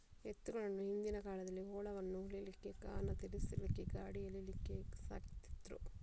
ಎತ್ತುಗಳನ್ನ ಹಿಂದಿನ ಕಾಲದಲ್ಲಿ ಹೊಲವನ್ನ ಉಳ್ಲಿಕ್ಕೆ, ಗಾಣ ತಿರ್ಗಿಸ್ಲಿಕ್ಕೆ, ಗಾಡಿ ಎಳೀಲಿಕ್ಕೆ ಸಾಕ್ತಿದ್ರು